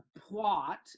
plot